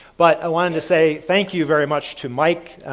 but i wanted to say thank you very much to mike,